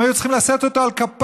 הם היו צריכים לשאת אותו על כפיים,